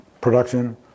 production